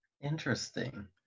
Interesting